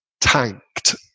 tanked